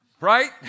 Right